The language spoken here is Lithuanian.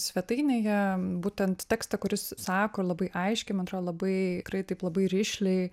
svetainėje būtent tekstą kuris sako ir labai aiškiai man atrodo labai tikrai taip labai rišliai